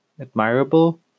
admirable